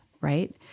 right